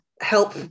help